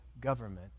government